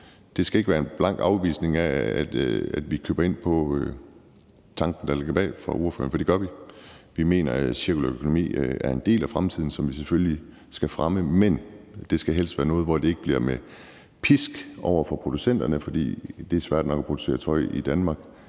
det skal ikke være en blank afvisning af, at vi køber ind på tanken, der ligger bag det hos ordføreren, for det gør vi. Vi mener, at cirkulær økonomi er en del af fremtiden, og det skal vi selvfølgelig fremme, men det skal helst være noget, hvor det ikke bliver med pisk over for producenterne, for det er svært nok at producere tøj i Danmark